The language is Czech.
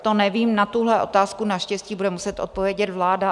To nevím, na tuhle otázku naštěstí bude muset odpovědět vláda.